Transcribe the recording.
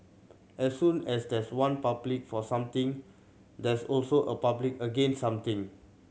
as soon as there's one public for something there's also a public against something